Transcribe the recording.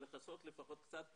לכסות קצת פעילות,